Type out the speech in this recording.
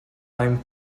beim